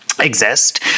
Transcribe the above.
Exist